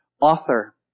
author